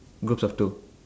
groups of two